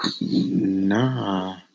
Nah